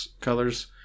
colors